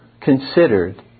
considered